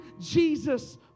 Jesus